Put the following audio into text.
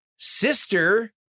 Sister